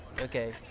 Okay